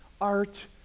art